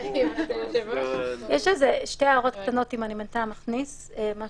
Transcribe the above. שתי הערות קטנות: אני